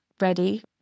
ready